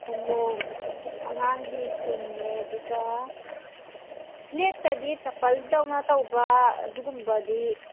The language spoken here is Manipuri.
ꯈꯣꯡꯎꯞ ꯑꯉꯥꯡꯒꯤ ꯁ꯭ꯀꯨꯜꯅꯦ ꯑꯗꯨꯒ ꯐ꯭ꯂꯦꯠꯇꯗꯤ ꯆꯝꯄꯜꯗꯧꯅ ꯇꯧꯕ꯭ꯔꯥ ꯑꯗꯨꯒꯨꯝꯕꯗꯤ